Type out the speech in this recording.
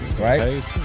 right